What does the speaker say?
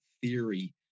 theory